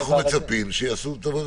אנחנו מצפים שיעשו את עבודתם.